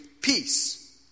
peace